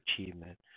achievement